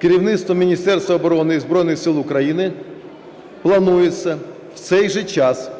керівництвом Міністерства оборони і Збройних Сил України планується в цей же час,